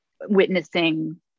witnessing